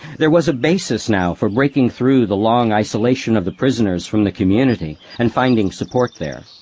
there was a basis now for breaking through the long isolation of the prisoners from the community and finding support there.